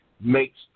makes